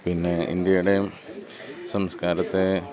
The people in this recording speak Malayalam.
പിന്നെ ഇന്ത്യയുടെ സംസ്കാരത്തെ